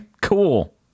cool